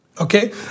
okay